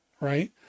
Right